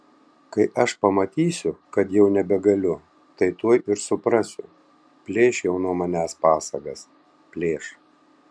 kai aš pamatysiu kad jau nebegaliu tai tuoj ir suprasiu plėš jau nuo manęs pasagas plėš